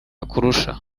akurusha